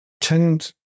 tend